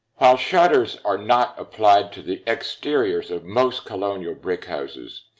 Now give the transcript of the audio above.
while shutters are not applied to the exteriors of most colonial brick houses.